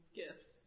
gifts